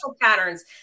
patterns